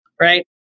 right